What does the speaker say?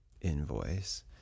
invoice